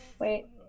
Wait